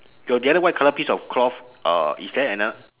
your the other white colour piece of cloth uh is there another